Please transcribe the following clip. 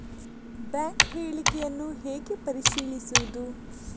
Bank ಹೇಳಿಕೆಯನ್ನು ಹೇಗೆ ಪರಿಶೀಲಿಸುವುದು?